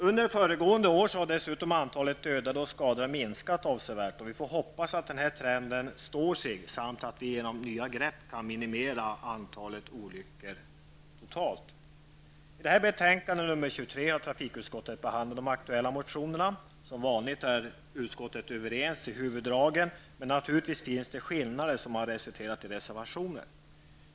Under föregående år har dessutom antalet dödade och skadade minskat avsevärt, och vi får hoppas att den trenden står sig samt att vi genom nya grepp kan minimera antalet olyckor totalt. I detta betänkande, nr 23, har trafikutskottet behandlat de aktuella motionerna. Som vanligt är utskottet överens i huvuddragen, men naturligtvis finns det skillnader som resulterat i reservationer.